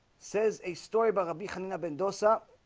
says a story about i'll be hunting i've been dose up